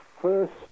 first